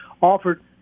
offered